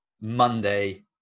Monday